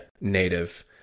native